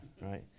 right